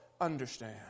understand